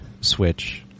switch